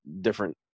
different